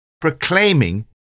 proclaiming